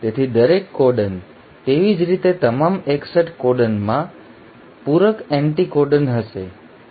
તેથી દરેક કોડન તેવી જ રીતે તમામ 61 કોડોનમાં પૂરક એન્ટિકોડન હશે